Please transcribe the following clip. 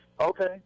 Okay